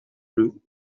plus